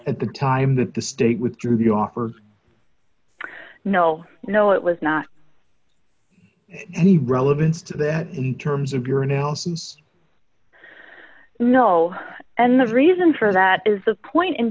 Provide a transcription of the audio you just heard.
at the time that the state withdrew the offer no no it was not any relevance to that in terms of your announcing no and the reason for that is the point in